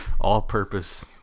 all-purpose